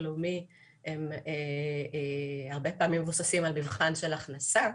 לאומי הם הרבה פעמים מבוססים על מבחן של הכנסה,